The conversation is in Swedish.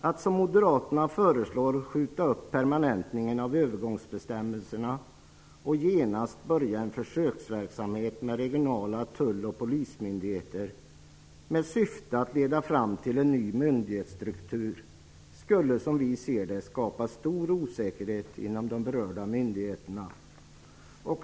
Att som moderaterna föreslår skjuta upp permanentningen av övergångsbestämmelserna och att genast börja en försöksverksamhet med regionala tull och polismyndigheter i syfte att leda fram till en ny myndighetsstruktur skulle, som vi ser det, skapa stor osäkerhet inom de berörda myndigheterna.